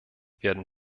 werden